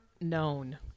known